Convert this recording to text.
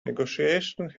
negotiations